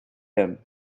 him